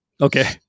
Okay